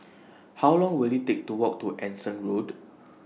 How Long Will IT Take to Walk to Anson Road